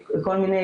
כל מיני,